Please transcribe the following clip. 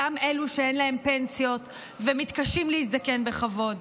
גם אלה שאין להם פנסיות ומתקשים להזדקן בכבוד,